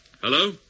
Hello